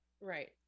Right